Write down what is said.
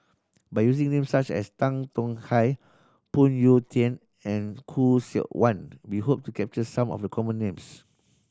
by using names such as Tan Tong Hye Phoon Yew Tien and Khoo Seok Wan we hope to capture some of the common names